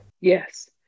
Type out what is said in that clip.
Yes